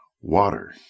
Water